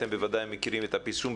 אתם מכירים את הפרסום.